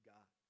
God